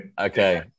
okay